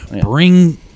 bring